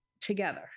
together